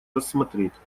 рассмотреть